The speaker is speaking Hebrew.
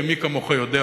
מי כמוך יודע,